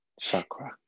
Chakra